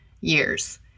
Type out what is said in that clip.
years